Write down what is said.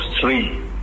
three